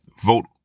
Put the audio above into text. vote